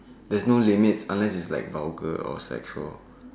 there's no limits unless it's like vulgar or sexual